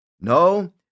No